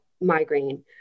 migraine